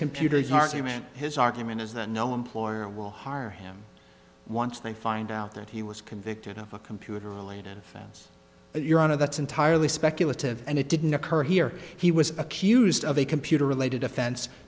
computers argument his argument is that no employer will hire him once they find out that he was convicted of a computer line yes your honor that's entirely speculative and it didn't occur here he was accused of a computer related offense